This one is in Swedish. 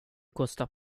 kostar